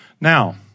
Now